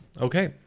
okay